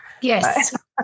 Yes